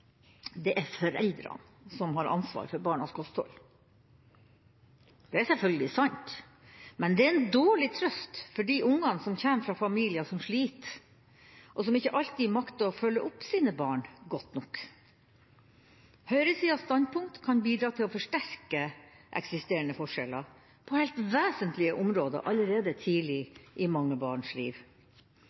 det er foreldrene som har ansvar for barnets kosthold. Det er selvfølgelig sant, men det er en dårlig trøst for de ungene som kommer fra familier som sliter og som ikke alltid makter å følge opp sine barn godt nok. Høyresidas standpunkt kan bidra til å forsterke eksisterende forskjeller på helt vesentlige områder allerede tidlig i mange barns liv.